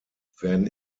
werden